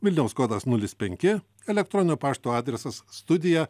vilniaus kodas nulis penki elektroninio pašto adresas studija